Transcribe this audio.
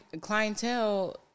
clientele